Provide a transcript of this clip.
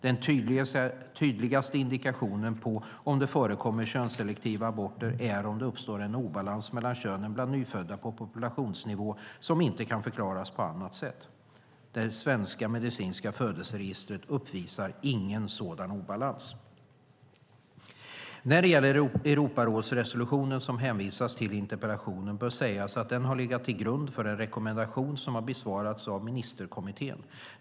Den tydligaste indikationen på om det förekommer könsselektiva aborter är om det uppstår en obalans mellan könen bland nyfödda på populationsnivå som inte kan förklaras på annat sätt. Det svenska medicinska födelseregistret uppvisar ingen sådan obalans. När det gäller den Europarådsresolution som hänvisas till i interpellationen bör sägas att den har legat till grund för en rekommendation som har besvarats av ministerkommittén.